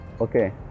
Okay